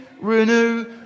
renew